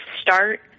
start